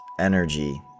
energy